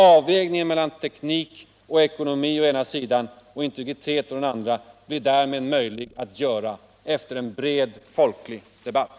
Avvägningen mellan tcknik och ekonomi å ena sidan och integritet å den andra blir därmed möjlig att göra efter en bred folklig debatt.